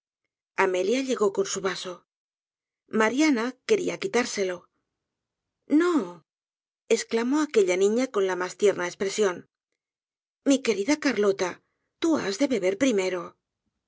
amelia llegó con su vaso mariana quería quitárselo no esclamó aquella niña con la mas lierna espresion mi querida carlota tú has de beber primero